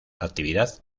actividad